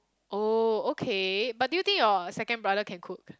oh okay but do you think your second brother can cook